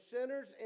sinners